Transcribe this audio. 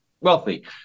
wealthy